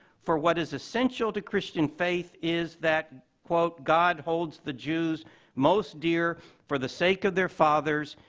for what is essential to christian faith is that, quote, god holds the jews most dear for the sake of their fathers.